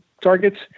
targets